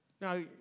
Now